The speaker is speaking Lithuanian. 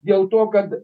dėl to kad